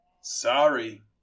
Sorry